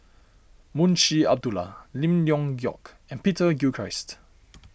Munshi Abdullah Lim Leong Geok and Peter Gilchrist